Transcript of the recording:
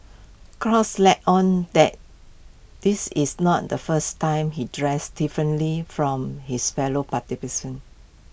cross let on that this is not the first time he dressed differently from his fellow